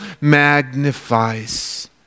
magnifies